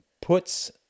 puts